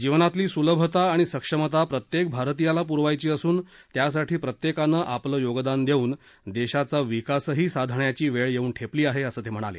जीवनातली सुलभता आणि सक्षमता प्रत्येक भारतीयाला पुरवायची असून त्यासाठी प्रत्येकानं आपलं योगदान देऊन देशाचा विकासही साधण्याची वेळ येऊन ठेपली आहे असं ते म्हणाले